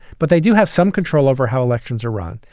but they do have some control over how elections are run.